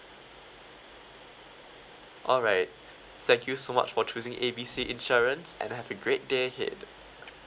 alright thank you so much for choosing A B C insurance and have a great day ahead